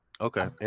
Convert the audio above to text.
Okay